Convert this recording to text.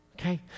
Okay